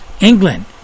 England